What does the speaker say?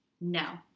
No